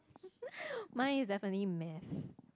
mine is definitely math